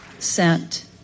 Sent